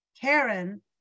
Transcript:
Karen